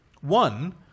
One